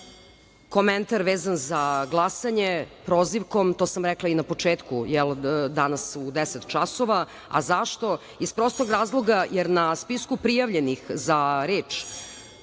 komentar vezan za glasanje prozivkom. To sam rekla i na početku danas, u 10.00 časova. A zašto? Iz prostog razloga jer na spisku prijavljenih za reč